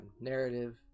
Narrative